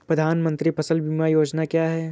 प्रधानमंत्री फसल बीमा योजना क्या है?